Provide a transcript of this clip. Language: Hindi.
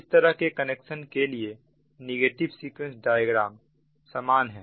इस तरह के कनेक्शन के लिए नेगेटिव सीक्वेंस डायग्राम समान है